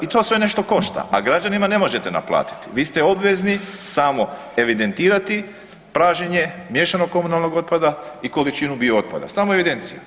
I to sve nešto košta a građanima ne možete naplatiti, vi ste obvezni samo evidentirati pražnjenje miješanog komunalnog otpada i količinu bio otpada, samo evidenciju.